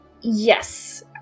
Yes